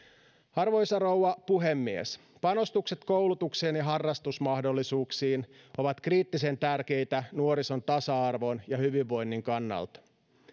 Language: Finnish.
arvoisa rouva puhemies panostukset koulutukseen ja harrastusmahdollisuuksiin ovat kriittisen tärkeitä nuorison tasa arvon ja hyvinvoinnin kannalta